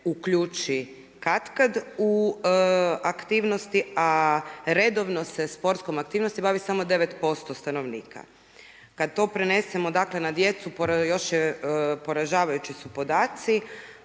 uključi katkad u aktivnosti, a redovno se sportskom aktivnosti bavi samo 9% stanovnika. Kad to prenesemo, dakle na djecu još su poražavajući podaci.